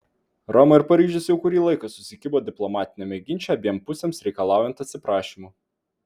roma ir paryžius jau kurį laiką susikibo diplomatiniame ginče abiem pusėms reikalaujant atsiprašymų